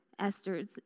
Esthers